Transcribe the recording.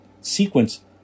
sequence